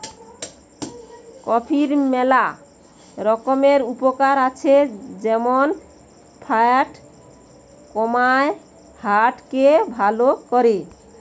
কফির ম্যালা রকমের উপকার আছে যেমন ফ্যাট কমায়, হার্ট কে ভাল করে